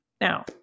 Now